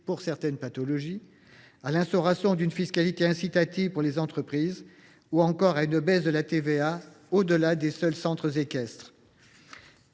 pour certaines pathologies, à l’instauration d’une fiscalité incitative pour les entreprises ou encore à l’application du taux réduit de la TVA au delà des seuls centres équestres.